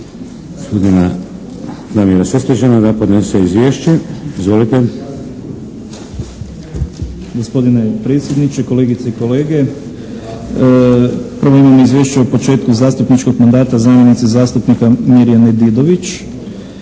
gospodina Damira Sesvečana da podnese izvješće. Izvolite. **Sesvečan, Damir (HDZ)** Gospodine predsjedniče, kolegice i kolege prvo imamo izvješće o početku zastupničkog mandata zamjenice zastupnika Mirjane Didović.